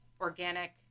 organic